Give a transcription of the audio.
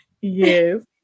Yes